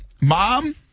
Mom